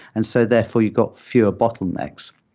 and so therefore you got fewer bottlenecks.